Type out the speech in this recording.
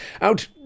out